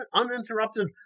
uninterrupted